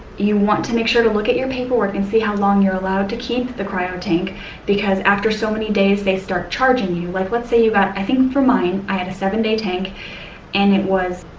you want to make sure to look at your paperwork and see how long you're allowed to keep the cryotank because after so many days, they start charging you. like let's say you got, i think for mine i had a seven day tank and it was,